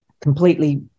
completely